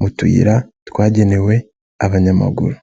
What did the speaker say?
mu tuyira twagenewe abanyamaguru.